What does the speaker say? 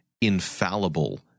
infallible